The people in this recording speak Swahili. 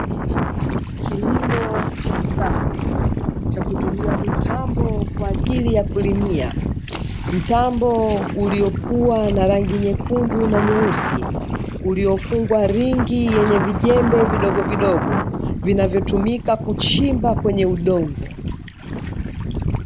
Kilimo cha kisasa ,chakutumia mitambo kwaajili ya kulimia. Mtambo uliokuwa na rangi nyekundu na nyeusi , uliofungwa ringi yenye vijembe vidogo vidogo, vinavyotumika kuchimba kwenye udongo.